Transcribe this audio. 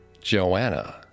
Joanna